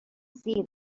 see